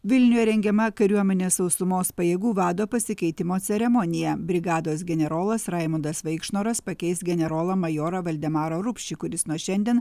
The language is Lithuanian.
vilniuje rengiama kariuomenės sausumos pajėgų vado pasikeitimo ceremonija brigados generolas raimundas vaikšnoras pakeis generolą majorą valdemarą rupšį kuris nuo šiandien